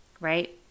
Right